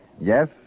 Yes